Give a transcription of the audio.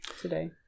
today